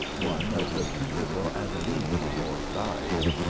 one of the principal adalides or guides,